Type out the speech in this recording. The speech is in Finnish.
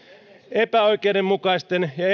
epäoikeudenmukaisten ja